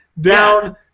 down